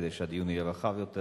כדי שהדיון יהיה רחב יותר,